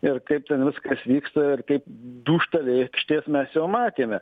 ir kaip ten viskas vyksta ir kaip dūžta lėkštės mes jau matėme